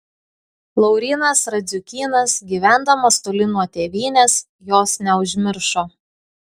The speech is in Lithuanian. laurynas radziukynas gyvendamas toli nuo tėvynės jos neužmiršo